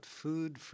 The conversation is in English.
food